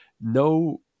no